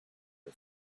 and